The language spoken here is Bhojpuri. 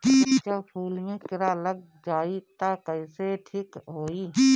जब फूल मे किरा लग जाई त कइसे ठिक होई?